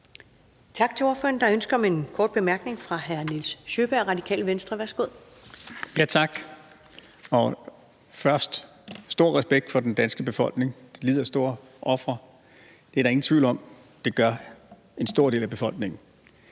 Tak til ordføreren. Der er ønske om en kort bemærkning fra hr. Nils Sjøberg, Radikale Venstre. Værsgo. Kl. 13:43 Nils Sjøberg (RV): Tak. Først: Stor respekt for den danske befolkning, der yder store ofre – det er der ingen tvivl om at en stor del af befolkningen